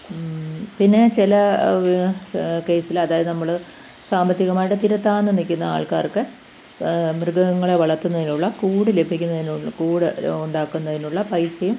പിന്നെ ചില കേസിൽ അതായത് നമ്മൾ സാമ്പത്തികമായിട്ടു പിന്നെ താന്നു നിൽക്കുന്ന ആൾക്കാർക്ക് മൃഗങ്ങളെ വളർത്തുന്നതിനുള്ള കൂട് ലഭിക്കുന്നതിനും കൂട് ഉണ്ടാക്കുന്നതിനുള്ള പൈസയും